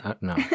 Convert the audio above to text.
No